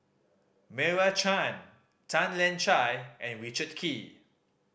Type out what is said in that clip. Meira Chand Tan Lian Chye and Richard Kee